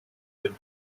would